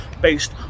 based